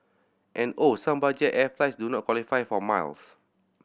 and oh some budget air flights do not qualify for miles